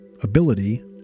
ability